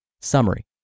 Summary